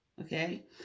okay